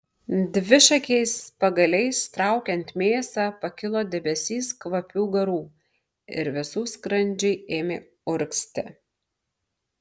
dvišakiais pagaliais traukiant mėsą pakilo debesys kvapių garų ir visų skrandžiai ėmė urgzti